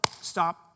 stop